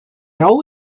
all